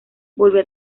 volvió